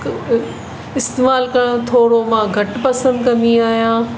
इस्तेमालु करणु थोरो मां घटि पसंदि कंदी आहियां